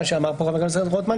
מה שאמר פה חבר הכנסת רוטמן,